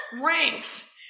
Ranks